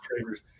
traders